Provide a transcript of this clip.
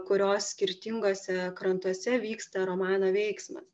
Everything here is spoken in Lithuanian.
kurios skirtinguose krantuose vyksta romano veiksmas